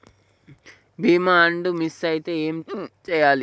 బీమా bond miss అయితే ఏం చేయాలి?